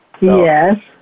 Yes